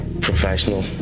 professional